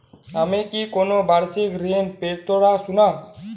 আমি কি কোন বাষিক ঋন পেতরাশুনা?